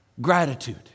gratitude